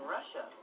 Russia